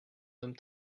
homme